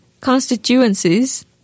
constituencies